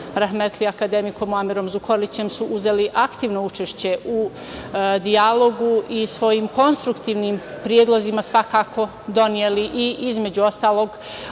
rahmetli, akademikom Muamerom Zukorlićem, su uzeli aktivno učešće u dijalogu i svojim konstruktivnim predlozima svakako doneli i između ostalog